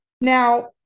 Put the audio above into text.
Now